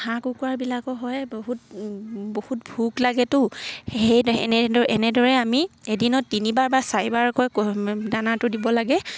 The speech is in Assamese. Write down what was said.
হাঁহ কুকুৰাবিলাকো হয় বহুত ভোক লাগেতো সেই এনেদৰে আমি এদিনত তিনিবাৰ বা চাৰিবাৰকৈ দানাটো দিব লাগে